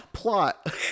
plot